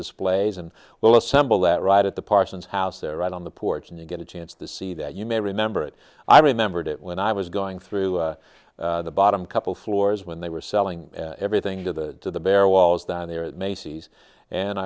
displays and will assemble that right at the parson house there right on the porch and you get a chance to see that you may remember it i remembered it when i was going through the bottom couple floors when they were selling everything to the bare walls down there at macy's and